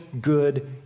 good